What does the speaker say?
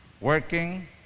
working